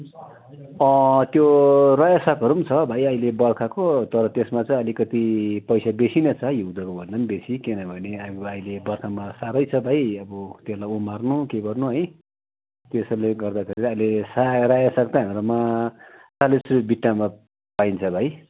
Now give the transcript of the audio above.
त्यो रायो सागहरू छ भाइ अहिले बर्खाको तर त्यसमा चाहिँ अलिकति पैसा बेसी नै छ हिउँदोको भन्दा बेसी किनभने अब अहिले बर्खामा साह्रै छ भाइ अब त्यसलाई उमार्नु के गर्नु है त्यसैले गर्दा चाहिँ अहिले सा रायो साग चाहिँ हाम्रोमा चालिस रुपे बिटामा पाइन्छ भाइ